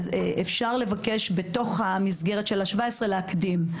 אפשר לבקש בתוך המסגרת של ה-17,000 להקדים.